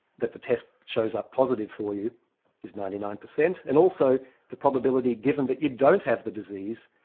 that the test shows up positive for you is ninety nine percent, and also the probability given that you don't have the disease,